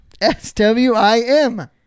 s-w-i-m